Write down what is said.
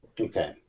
Okay